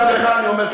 גם לך אני אומר,